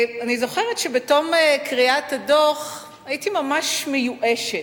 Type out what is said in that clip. אני זוכרת שבתום קריאת הדוח הייתי ממש מיואשת,